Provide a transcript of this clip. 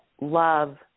love